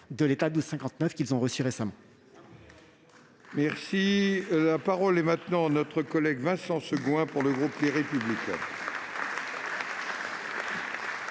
de l'état 1259, qu'ils ont reçu récemment.